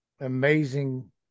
amazing